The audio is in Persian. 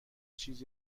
چیز